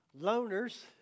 loners